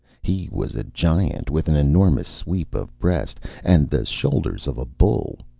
he was a giant, with an enormous sweep of breast and the shoulders of a bull.